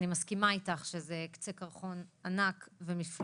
אני מסכימה איתך שזה הוא קצה קרחון ענק ומפלצתי,